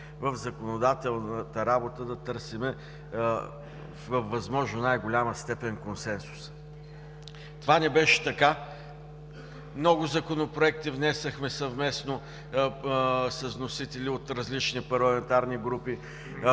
в законодателната работа да търсим във възможно в най-голяма степен консенсуса. Това не беше така. Много законопроекти внесохме съвместно с вносители от различни парламентарни групи.